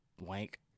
Wank